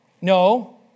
No